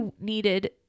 needed